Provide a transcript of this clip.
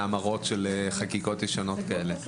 להמרות של חקיקות ישנות כאלה.